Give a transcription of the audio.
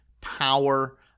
power